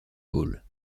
pôles